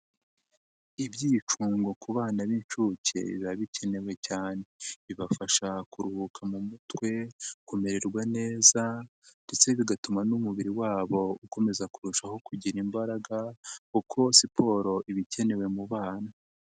Ibyicungo ku bana b'inshuke biba bikenewe cyane, bibafasha kuruhuka mu mutwe, kumererwa neza ndetse bigatuma n'umubiri wabo ukomeza kurushaho kugira imbaraga kuko siporo iba ikenewe mu bana.